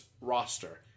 roster